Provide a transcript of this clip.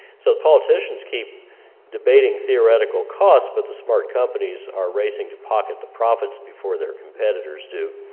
so politicians keep debating theoretical costs, but the smart companies are racing to pocket the profits before their competitors do,